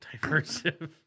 Diversive